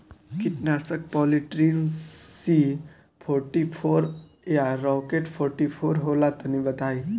कीटनाशक Polytrin C forty four या Rocket forty four होला तनि बताई?